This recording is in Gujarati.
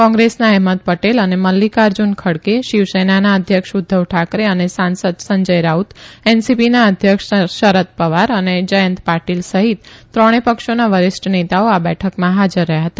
કોંગ્રેસના અહેમદ ૈ ટેલ અને મલ્લિકાર્જુન ખડગે શિવસેનાના અધ્યક્ષ ઉધ્ધવ ઠાકરે અને સાંસદ સંજય રાઉન એનસી ીના અધ્યક્ષ શરદ વાર અને જયંત ાટીલ સહિત ત્રણે ક્ષોના વરિષ્ઠ નેતાઓ આ બેઠકમાં હાજર હતા